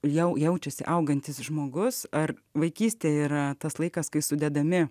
jaučiasi augantis žmogus ar vaikystė yra tas laikas kai sudedami